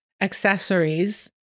accessories